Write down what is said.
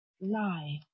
lie